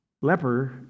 leper